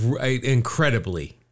incredibly